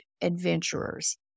adventurers